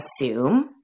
assume